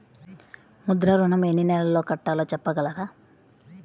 ముద్ర ఋణం ఎన్ని నెలల్లో కట్టలో చెప్పగలరా?